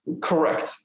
Correct